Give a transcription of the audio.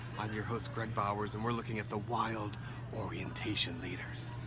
i'm your host greg bowers and we're looking at the wild orientation leaders.